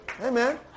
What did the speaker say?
Amen